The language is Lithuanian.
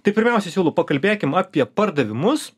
tik pirmiausia siūlau pakalbėkim apie pardavimus